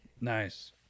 Nice